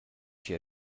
she